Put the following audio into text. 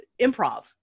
improv